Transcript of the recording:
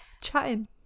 chatting